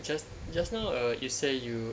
just just now err you say you